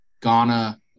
Ghana